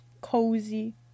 Cozy